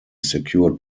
secured